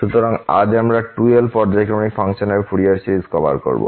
সুতরাং আজ আমরা 2l পর্যায়ক্রমিক ফাংশন এর ফুরিয়ার সিরিজ কভার করব